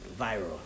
Viral